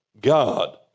God